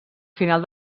final